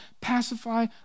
pacify